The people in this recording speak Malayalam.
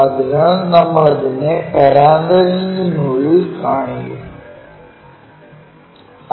അതിനാൽ നമ്മൾ അതിനെ പരാൻതീസിസിനുള്ളിൽ കാണിക്കും